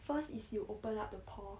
first is you open up the pore